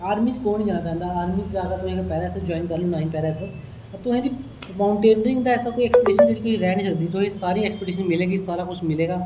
army च कुन नेई जाना चाहंदा आर्मी च ज्यादा तुस पैरा एसएफ जाइॅन करी लैओ तुसें गी माउटेनरिंग दा ऐसा कोई ऐसा चीज नेईं रौहनी तुसेंगी सारी एक्सपिटीज मिलेगी सारा कुछ मिलेगा